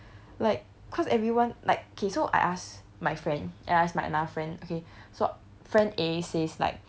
like cause everyone like K so I ask my friend and I ask my another friend okay so friend A says like